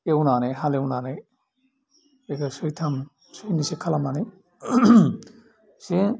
एवनानै हालिउनानै बेखौ सैथाम सैनैसो खालामनानै जे